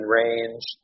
range